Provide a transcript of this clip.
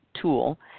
tool